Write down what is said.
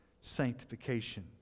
Sanctification